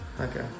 Okay